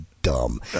dumb